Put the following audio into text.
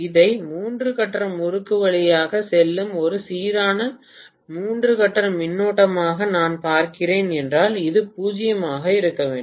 இதை மூன்று கட்ட முறுக்கு வழியாக செல்லும் ஒரு சீரான மூன்று கட்ட மின்னோட்டமாக நான் பார்க்கிறேன் என்றால் இது 0 ஆக இருக்க வேண்டும்